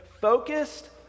Focused